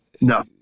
no